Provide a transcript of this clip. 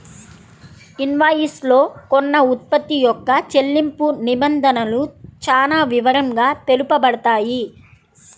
invoice లో కొన్న ఉత్పత్తి యొక్క చెల్లింపు నిబంధనలు చానా వివరంగా తెలుపబడతాయి